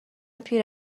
پیر